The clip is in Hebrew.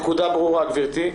הנקודה ברורה, גברתי.